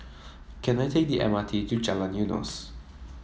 can I take the M R T to Jalan Eunos